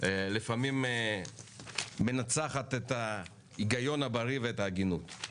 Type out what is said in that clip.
לפעמים מנצחת את ההיגיון הבריא ואת ההגינות.